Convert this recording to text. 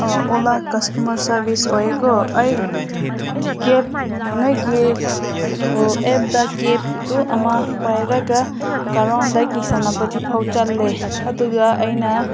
ꯑꯣꯂꯥ customer service ꯑꯣꯏꯌꯦꯀꯣ ꯑꯩ ꯀꯦꯞ ꯅꯣꯏꯒꯤ ꯑꯦꯞꯇ ꯀꯦꯞꯇꯣ ꯑꯃ ꯄꯥꯔꯒ ꯀꯔꯥꯝꯗꯒꯤ ꯁꯦꯅꯥꯄꯇꯤ ꯐꯥꯎ ꯆꯠꯂꯦ ꯑꯗꯨꯒ ꯑꯩꯅ